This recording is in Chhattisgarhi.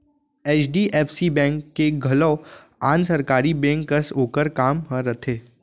एच.डी.एफ.सी बेंक के घलौ आन सरकारी बेंक कस ओकर काम ह रथे